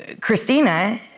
Christina